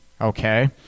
Okay